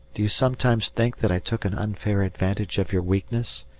do you sometimes think that i took an unfair advantage of your weakness?